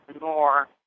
more